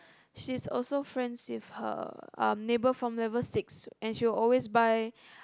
she's also friends with her um neighbor from level six and she will always buy